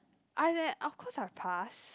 that of course I'll pass